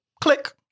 click